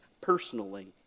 personally